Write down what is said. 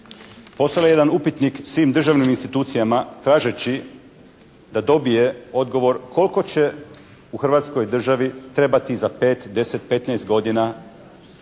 poslala jedan upitnik svim državnim institucijama tražeći da dobije odgovor koliko će u Hrvatskoj državi trebati za 5, 10, 15 godina